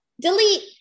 delete